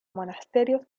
monasterios